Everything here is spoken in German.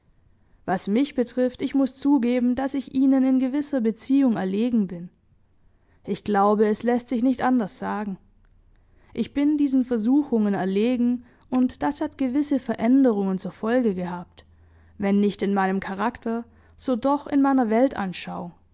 was mich betrifft ich muß zugeben daß ich ihnen in gewisser beziehung erlegen bin ich glaube es läßt sich nicht anders sagen ich bin diesen versuchungen erlegen und das hat gewisse veränderungen zur folge gehabt wenn nicht in meinem charakter so doch in meiner